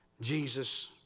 Jesus